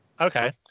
Okay